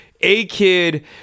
A-Kid